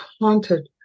haunted